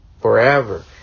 forever